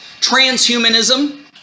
transhumanism